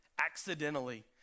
accidentally